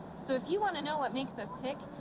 so, if you want to know what makes us tick,